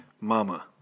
Mama